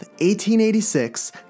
1886